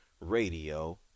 Radio